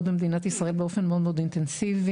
במדינת ישראל באופן מאוד מאוד אינטנסיבי.